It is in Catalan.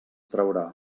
traurà